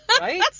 Right